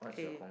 okay